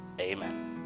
Amen